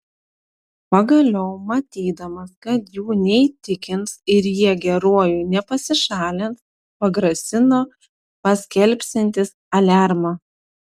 pagaliau matydamas kad jų neįtikins ir jie geruoju nepasišalins pagrasino paskelbsiantis aliarmą